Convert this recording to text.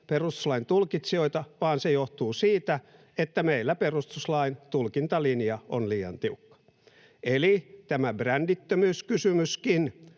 perustuslain tulkitsijoita, vaan se johtuu siitä, että meillä perustuslain tulkintalinja on liian tiukka. Eli tämä brändittömyyskysymyskin